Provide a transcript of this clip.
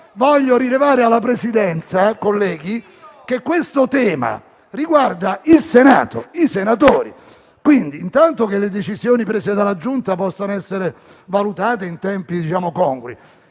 far rilevare alla Presidenza, colleghi, che questo tema riguarda il Senato e i senatori. Quindi chiedo anzitutto che le decisioni prese dalla Giunta possano essere valutate in tempi congrui